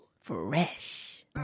Fresh